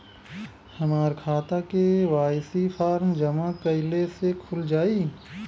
हमार खाता KYC form जमा कइले से खुल जाई?